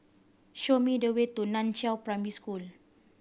show me the way to Nan Chiau Primary School